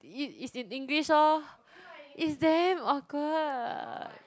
it it's in English lor it's damn awkward